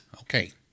Okay